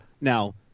now